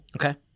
Okay